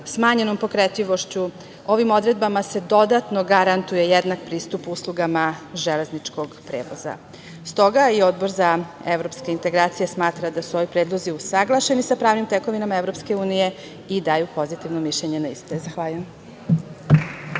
smanjenom pokretljivošću. Ovim odredbama se dodatno garantuje jednak pristup uslugama železničkog prevoza. Stoga i Odbor za evropske integracije smatra da su ovi predlozi usaglašeni sa pravnim tekovinama EU i daju pozitivno mišljenje na iste. Zahvaljujem.